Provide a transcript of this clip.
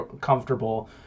comfortable